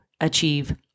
achieve